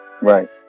Right